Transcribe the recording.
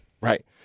Right